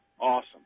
awesome